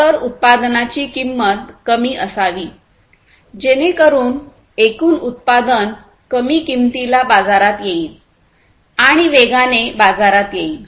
तर् उत्पादनाची किंमत कमी असावी जेणेकरून एकूण उत्पादन कमी किंमतीला बाजारात येईल आणि वेगाने बाजारात येईल